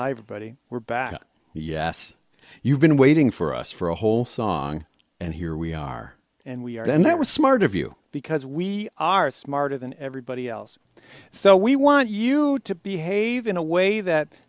have a buddy we're back yes you've been waiting for us for a whole song and here we are and we are then that was smart of you because we are smarter than everybody else so we want you to behave in a way that